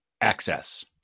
access